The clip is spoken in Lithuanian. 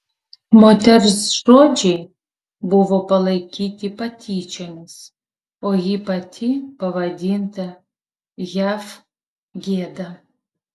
moters žodžiai buvo palaikyti patyčiomis o ji pati pavadinta jav gėda